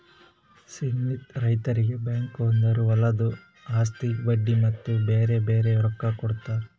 ಸ್ಕೀಮ್ಲಿಂತ್ ರೈತುರಿಗ್ ಬ್ಯಾಂಕ್ದೊರು ಹೊಲದು ಆಸ್ತಿಗ್ ಬಡ್ಡಿ ಮತ್ತ ಬ್ಯಾರೆ ಬ್ಯಾರೆ ರೊಕ್ಕಾ ಕೊಡ್ತಾರ್